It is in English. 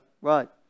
right